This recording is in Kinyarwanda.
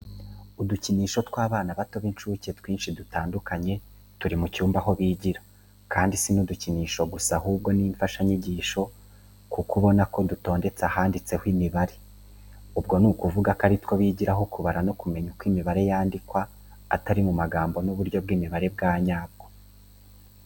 Udukinisho tw'abana bato b'incuke twinshi dutandukanye, turi mu cyumba aho bigira kandi si n'udukinisho gusa ahubwo n'imfashanyigiso kuko urabonaho uko dutondetse ahanditseho imibare. Ubwo ni ukuvuga ko aritwo bigiraho kubara no kumenya uko imibare yandikwa atari mu magambo n'uburyo bw'imibare bwanyabwo.